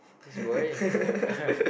it's worrying